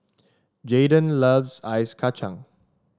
Jaden loves Ice Kachang